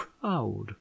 proud